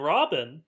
Robin